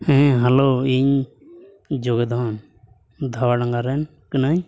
ᱦᱮᱸ ᱦᱮᱞᱳ ᱤᱧ ᱡᱳᱜᱮᱫᱷᱚᱱ ᱫᱷᱟᱣᱟ ᱰᱟᱸᱜᱟ ᱨᱮᱱ ᱠᱟᱹᱱᱟᱹᱧ